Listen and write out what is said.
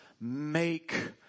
make